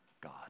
God